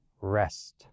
rest